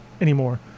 anymore